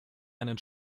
einen